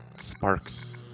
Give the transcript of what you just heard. sparks